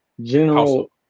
general